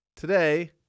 today